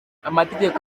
amategeko